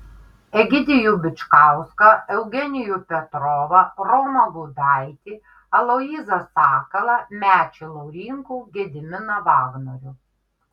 egidijų bičkauską eugenijų petrovą romą gudaitį aloyzą sakalą mečį laurinkų gediminą vagnorių